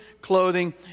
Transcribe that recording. clothing